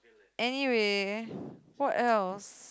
anyway what else